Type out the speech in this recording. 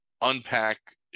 unpack